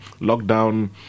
lockdown